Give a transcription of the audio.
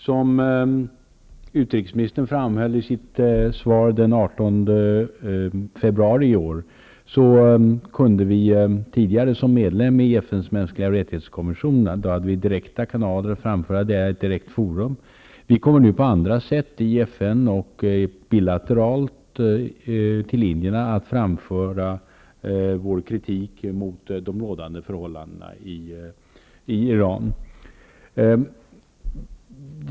Som utrikesministern framhöll i sitt svar den 18 februari i år hade Sverige tidigare som medlem i FN:s kommission för mänskliga rättigheter direkta kanaler och kunde framföra vår uppfattning i ett direkt forum. Vi kommer nu på andra sätt i FN och bilateralt att till iranierna framföra vår kritik mot de rådande förhållandena i Iran.